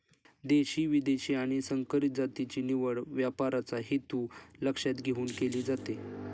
देशी, विदेशी आणि संकरित जातीची निवड व्यापाराचा हेतू लक्षात घेऊन केली जाते